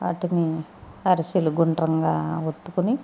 వాటిని అరిసెలు గుండ్రంగా ఒత్తుకుని